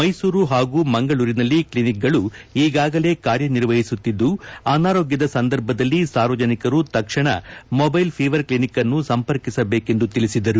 ಮ್ಲೆಸೂರು ಹಾಗೂ ಮಂಗಳೂರಿನಲ್ಲಿ ಕ್ಲಿನಿಕ್ಗಳು ಈಗಾಗಲೇ ಕಾರ್ಯ ನಿರ್ವಹಿಸುತ್ತಿದ್ದು ಅನಾರೋಗ್ಲದ ಸಂದರ್ಭದಲ್ಲಿ ಸಾರ್ವಜನಿಕರು ತಕ್ಷಣ ಮೊಬೈಲ್ ಭೀವರ್ ಕ್ಷಿನಿಕನ್ನು ಸಂಪರ್ಕಿಸಬೇಕೆಂದು ತಿಳಿಸಿದರು